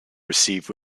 received